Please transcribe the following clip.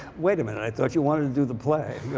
wait a minute i thought you wanted to do the play.